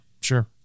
sure